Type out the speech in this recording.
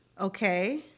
Okay